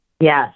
Yes